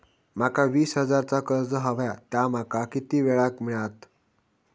माका वीस हजार चा कर्ज हव्या ता माका किती वेळा क मिळात?